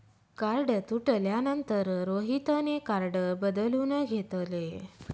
card तुटल्यानंतर रोहितने card बदलून घेतले